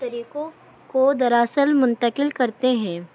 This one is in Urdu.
طریقوں کو دراصل منتقل کرتے ہیں